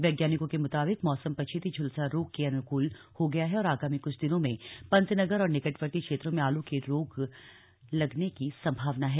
वैज्ञानिकों के मुताबिक मौसम पछेती झुलसा रोग के अनुकूल हो गया है और आगामी कुछ दिनों में पंतनगर और निकटवर्ती क्षेत्रों में आलू में रोग लगने की संभावना है